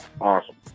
awesome